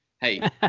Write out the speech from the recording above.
Hey